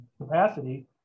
capacity